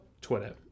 twitter